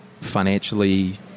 financially